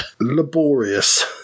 laborious